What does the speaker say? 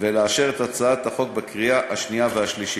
ולאשר את הצעת החוק בקריאה השנייה והשלישית.